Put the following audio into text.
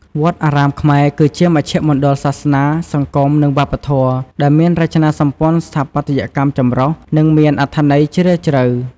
វត្តអារាមខ្មែរ គឺជាមជ្ឈមណ្ឌលសាសនា សង្គម និងវប្បធម៌ ដែលមានរចនាសម្ព័ន្ធស្ថាបត្យកម្មចម្រុះ និងមានអត្ថន័យជ្រាលជ្រៅ។